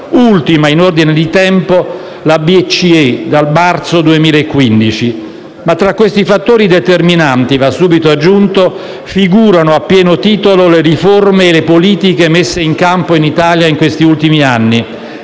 ultima, in ordine di tempo, la BCE - dal marzo 2015. Ma tra questi fattori determinanti - va subito aggiunto - figurano a pieno titolo le riforme e le politiche messe in campo in Italia negli ultimi anni